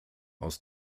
aus